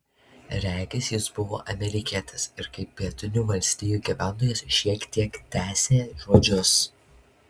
regis jis buvo amerikietis ir kaip pietinių valstijų gyventojas šiek tiek tęsė žodžius